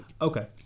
Okay